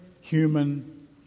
human